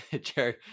Jerry